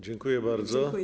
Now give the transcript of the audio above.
Dziękuję bardzo.